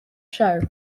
show